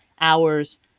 hours